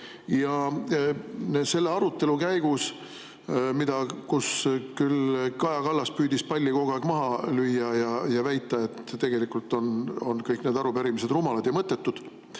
Selle arutelu käigus, kus küll Kaja Kallas püüdis palli kogu aeg maha lüüa ja väita, et tegelikult on kõik need arupärimised rumalad ja mõttetud,